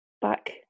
back